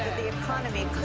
the economy